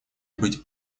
быть